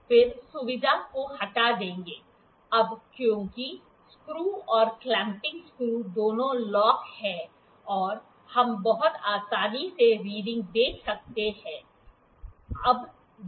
फिर सुविधा को हटा देंगे अब क्योंकि स्क्रू और क्लैंपिंग स्क्रू दोनों लॉक हैं और हम बहुत आसानी से रीडिंग देख सकते हैं